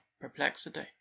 perplexity